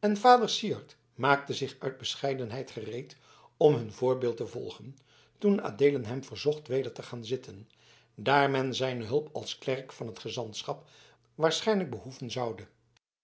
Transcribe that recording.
en vader syard maakte zich uit bescheidenheid gereed om hun voorbeeld te volgen toen adeelen hem verzocht weder te gaan zitten daar men zijne hulp als klerk van het gezantschap waarschijnlijk behoeven zoude